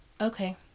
Okay